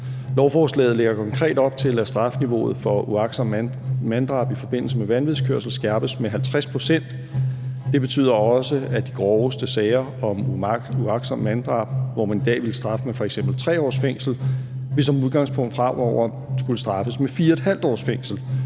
Lovforslaget lægger konkret op til, at strafniveauet for uagtsomt manddrab i forbindelse med vanvidskørsel skærpes med 50 pct. Det betyder også, at de groveste sager om uagtsomt manddrab, hvor man i dag vil straffe med f.eks. 3 års fængsel, som udgangspunkt fremover vil skulle straffes med 4½ års fængsel.